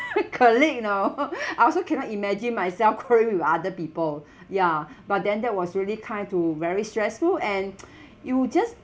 colleague you know I also cannot imagine myself quarrel with other people ya but then that was really kind to very stressful and you just